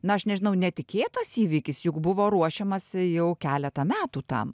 na aš nežinau netikėtas įvykis juk buvo ruošiamasi jau keletą metų tam